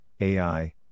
AI